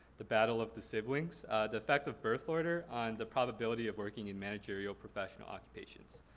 the battle of the siblings the effect of birth order on the probability of working in managerial professional occupations.